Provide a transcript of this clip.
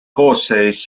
koosseis